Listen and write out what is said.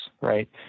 right